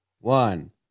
One